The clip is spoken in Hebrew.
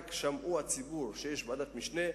שרק שמע הציבור שיש ועדת משנה,